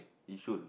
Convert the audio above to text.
Yishun